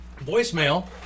voicemail